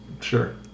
sure